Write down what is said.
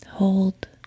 Hold